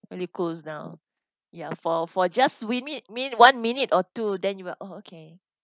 really cools down ya for for just we meet meet one minute or two then you are oh okay